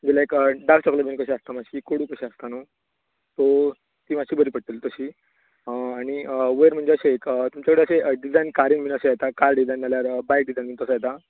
लायक dark chocolate bean कशी आसता मातशी कोडू कशें आसता नू सो ती मातशी बरी पडटली तशी आनी वयर म्हणजे अशें एक तुमच्या कडेन अशें एक डिझायन कारीन बी अशें येता कार डिझायन नाजाल्यार बायक डिझायन बी तसो येता